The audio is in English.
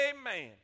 Amen